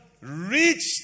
reached